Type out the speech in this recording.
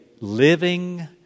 living